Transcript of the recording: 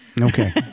Okay